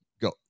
Go